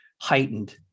heightened